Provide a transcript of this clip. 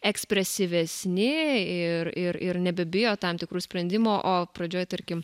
ekspresyvesni ir ir nebebijo tam tikrų sprendimų o pradžioj tarkim